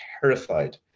terrified